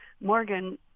Morgan